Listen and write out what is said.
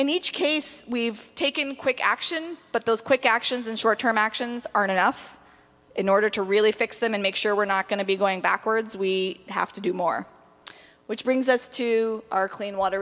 in each case we've taken quick action but those quick actions and short term actions aren't enough in order to really fix them and make sure we're not going to be going backwards we have to do more which brings us to our clean water